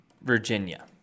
Virginia